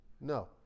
No